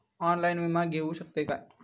Online विमा घेऊ शकतय का?